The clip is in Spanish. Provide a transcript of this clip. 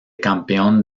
campeón